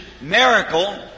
miracle